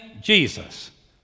Jesus